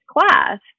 class